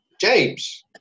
James